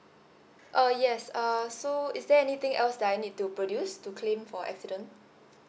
uh yes uh so is there anything else that I need to produce to claim for accident